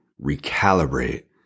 recalibrate